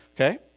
Okay